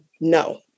no